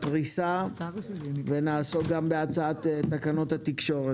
אני מודה ליושב ראש על שהחרם שלו הוא רק על הצבעות ולא על דיוני הוועדה.